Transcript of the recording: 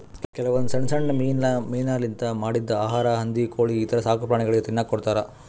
ಕೆಲವೊಂದ್ ಸಣ್ಣ್ ಸಣ್ಣ್ ಮೀನಾಲಿಂತ್ ಮಾಡಿದ್ದ್ ಆಹಾರಾ ಹಂದಿ ಕೋಳಿ ಈಥರ ಸಾಕುಪ್ರಾಣಿಗಳಿಗ್ ತಿನ್ನಕ್ಕ್ ಕೊಡ್ತಾರಾ